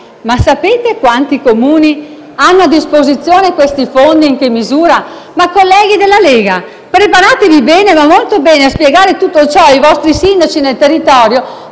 Ma sapete quanti Comuni hanno a disposizione questi fondi e in che misura? Colleghi della Lega, preparatevi bene, ma molto bene, a spiegare tutto ciò ai vostri sindaci nel territorio